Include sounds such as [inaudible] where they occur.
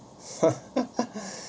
[laughs]